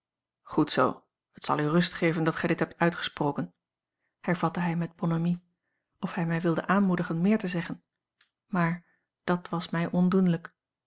goed zoo het zal u rust geven dat gij dit hebt uitgesproken hervatte hij met bonhomie of hij mij wilde aanmoedigen meer te zeggen maar dat was mij